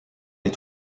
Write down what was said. les